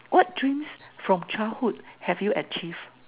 what dreams from childhood have you achieved